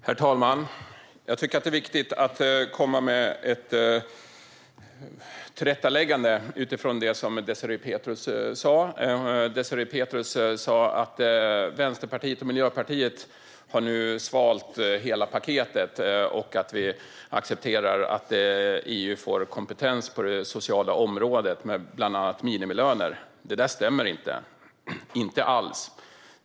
Herr talman! Jag tycker att det är viktigt att komma med ett tillrättaläggande utifrån det Désirée Pethrus sa. Désirée Pethrus sa att Vänsterpartiet och Miljöpartiet nu har svalt hela paketet och att vi accepterar att EU får kompetens på det sociala området, bland annat när det gäller minimilöner. Det stämmer inte alls.